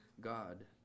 God